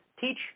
teach